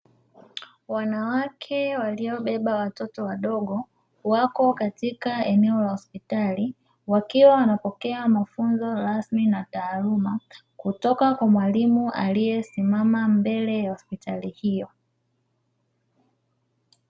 Wanawake waliobeba watoto wadogo, wako katika eneo la hospitali, wakiwa wanapokea mafunzo rasmi na taaluma, kutoka kwa mwalimu aliyesimama mbele ya hospitali hiyo.